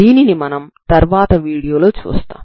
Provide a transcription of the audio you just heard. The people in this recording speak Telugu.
దీనిని మనం తర్వాత వీడియో లో చూస్తాము